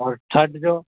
और थर्ड जो